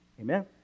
Amen